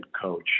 coach